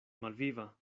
malviva